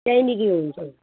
त्यहीँनिर हुन्छु